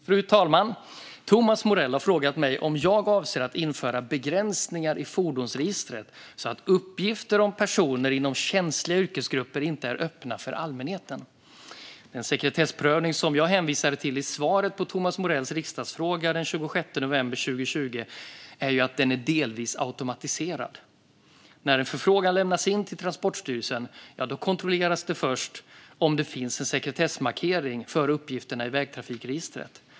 Fru talman! Thomas Morell har frågat mig om jag avser att införa begränsningar i fordonsregistret så att uppgifter om personer inom känsliga yrkesgrupper inte är öppna för allmänheten. Den sekretessprövning som jag hänvisade till i svaret på Thomas Morells riksdagsfråga från den 26 november 2020 är delvis automatiserad. När en förfrågan lämnas in till Transportstyrelsen kontrolleras det först om det finns en sekretessmarkering för uppgifterna i vägtrafikregistret.